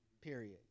period